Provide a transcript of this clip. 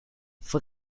fue